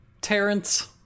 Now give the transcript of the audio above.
Terrence